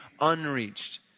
unreached